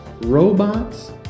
robots